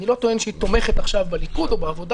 אני לא טוען שהיא תומכת עכשיו בליכוד או בעבודה